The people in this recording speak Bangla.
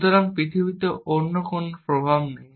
সুতরাং পৃথিবীতে অন্য কোন প্রভাব নেই